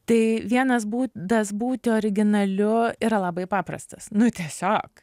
tai vienas būdas būti originaliu yra labai paprastas nu tiesiog